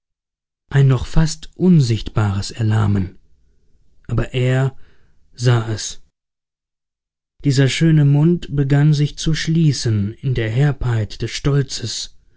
ein noch fast unsichtbares erlahmen aber er sah es dieser schöne mund begann sich zu schließen in der herbheit des stolzes wann